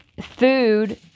food